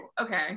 Okay